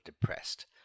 depressed